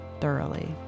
thoroughly